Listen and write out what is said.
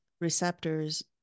receptors